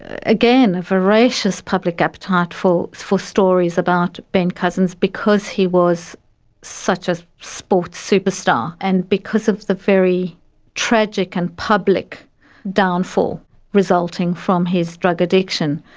ah again, a voracious public appetite for for stories about ben cousins because he was such a sports superstar and because of the very tragic and public downfall resulting from his drug addiction.